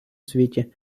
світі